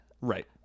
right